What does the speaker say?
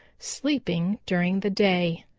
sleeping during the day.